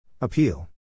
Appeal